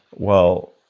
well,